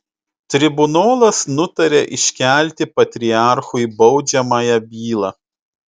tribunolas nutaria iškelti patriarchui baudžiamąją bylą